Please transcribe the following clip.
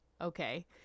Okay